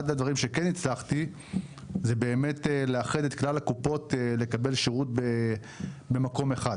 אחד הדברים שכן הצלחתי זה לאחד את כלל הקופות לקבל שירות במקום אחד.